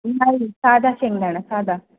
नाही साधा शेंगदाणा साधा